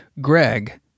Greg